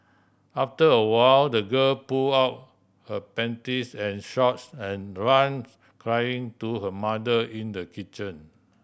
after a while the girl pull out her panties and shorts and ran crying to her mother in the kitchen